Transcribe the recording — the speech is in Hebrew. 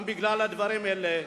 גם בגלל הדברים האלה,